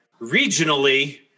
regionally